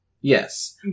Yes